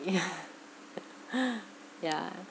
yeah ya